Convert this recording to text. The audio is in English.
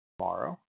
tomorrow